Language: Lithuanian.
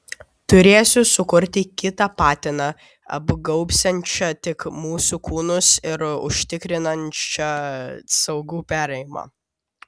turėsiu sukurti kitą patiną apgaubsiančią tik mūsų kūnus ir užtikrinsiančią saugų perėjimą